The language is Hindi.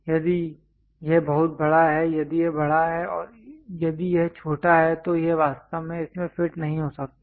यदि यह बहुत बड़ा है यदि यह बड़ा है और यदि यह छोटा है तो यह वास्तव में इसमें फिट नहीं हो सकता है